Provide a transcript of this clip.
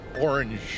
orange